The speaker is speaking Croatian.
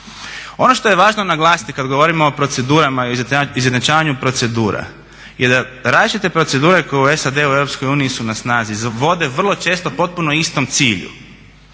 Ono što je važno naglasiti kad govorimo o procedurama, izjednačavanju procedura je da različite procedure koje u SAD-u i Europskoj uniji su na snazi vode vrlo često potpuno istom cilju,